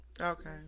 Okay